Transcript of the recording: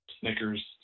Snickers